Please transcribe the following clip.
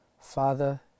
Father